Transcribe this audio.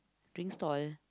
drink stall